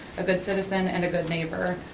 a good citizen, and a good neighbor,